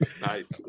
Nice